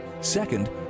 second